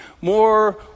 more